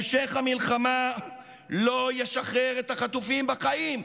המשך המלחמה לא ישחרר את החטופים בחיים,